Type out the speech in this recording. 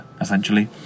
essentially